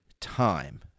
time